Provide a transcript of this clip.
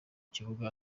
kibuga